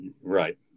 Right